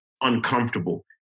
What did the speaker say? uncomfortable